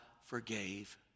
forgave